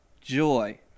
joy